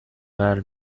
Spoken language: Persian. وری